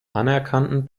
anerkannten